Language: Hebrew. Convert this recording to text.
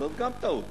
זאת גם טעות.